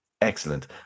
excellent